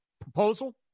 proposal